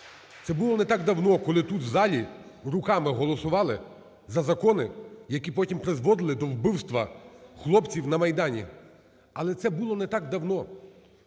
Це було не так давно, коли тут, в залі, руками голосували за закони, які потім призводили до вбивства хлопців на Майдані. Але це було не так давно,